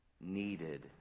needed